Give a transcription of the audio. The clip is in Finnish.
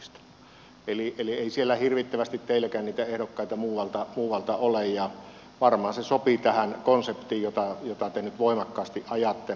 eli ei siellä hirvittävästi teilläkään niitä ehdokkaita muualta ole ja varmaan se sopii tähän konseptiin jota te nyt voimakkaasti ajatte